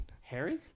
Harry